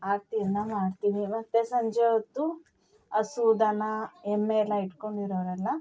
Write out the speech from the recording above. ಆರತಿಯನ್ನು ಮಾಡ್ತೀನಿ ಮತ್ತು ಸಂಜೆ ಹೊತ್ತು ಹಸು ದನ ಎಮ್ಮೆ ಎಲ್ಲ ಇಟ್ಕೊಂಡಿರೋರೆಲ್ಲ